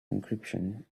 encryption